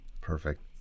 Perfect